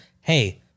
Hey